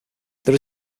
there